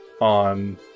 on